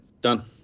Done